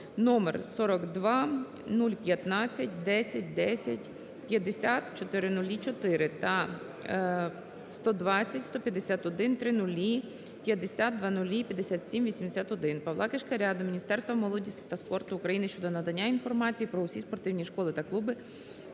№ 42015101050000004 та № 12015100050005781. Павла Кишкаря до Міністерства молоді та спорту України щодо надання інформації про усі спортивні школи та клуби,